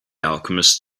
alchemist